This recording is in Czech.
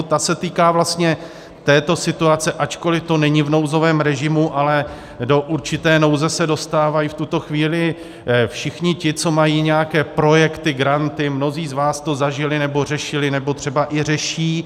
Ta se týká vlastně této situace, ačkoli to není v nouzovém režimu, ale do určité nouze se dostávají v tuto chvíli všichni ti, co mají nějaké projekty, granty, mnozí z vás to zažili nebo řešili nebo třeba i řeší.